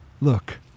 look